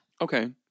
okay